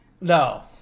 No